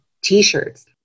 t-shirts